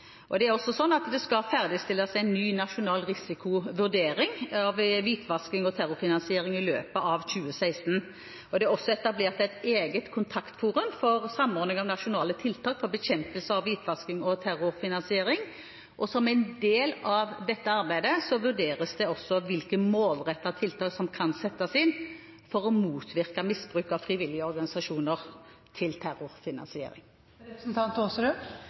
terrorfinansiering. Det skal også ferdigstilles en ny nasjonal risikovurdering av hvitvasking og terrorfinansiering i løpet av 2016. Det er også etablert et eget kontaktforum for samordning av nasjonale tiltak for bekjempelse av hvitvasking og terrorfinansiering, og som en del av dette arbeidet vurderes det også hvilke målrettede tiltak som kan settes inn for å motvirke misbruk av frivillige organisasjoners innsamling til